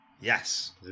Yes